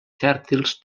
fèrtils